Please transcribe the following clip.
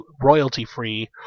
royalty-free